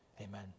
amen